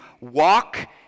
walk